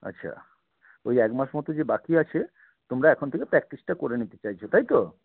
আচ্ছা ওই এক মাস মতো যে বাকি আছে তোমরা এখন থেকে প্র্যাকটিসটা করে নিতে চাইছ তাই তো